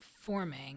forming